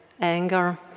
anger